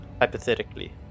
Hypothetically